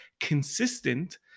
consistent